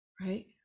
Right